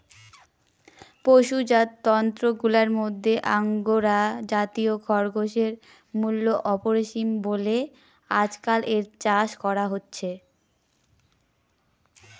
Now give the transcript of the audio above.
পশুজাত তন্তুগুলার মধ্যে আঙ্গোরা জাতীয় খরগোশের মূল্য অপরিসীম বলে আজকাল এর চাষ করা হচ্ছে